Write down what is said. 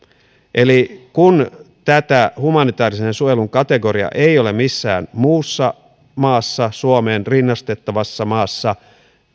kun tätä humanitäärisen suojelun kategoriaa ei ole missään muussa suomeen rinnastettavassa maassa